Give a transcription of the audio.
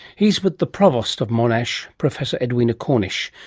he's with the provost of monash, professor edwina cornish,